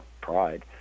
pride